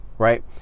Right